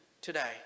today